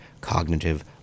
cognitive